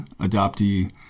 adoptee